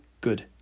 good